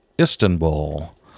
Istanbul